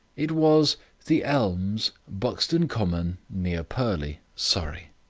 it was the elms, buxton common, near purley, surrey.